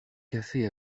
cafés